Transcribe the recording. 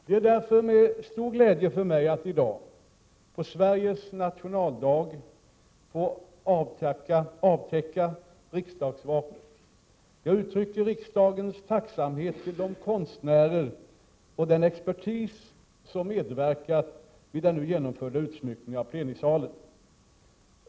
Det är därför en stor glädje för mig att i dag, på Sveriges nationaldag, få uttrycka riksdagens tacksamhet till de konstnärer och den heraldiska expertis som medverkat vid den nu genomförda utsmyckningen av plenisalen.